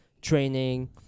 training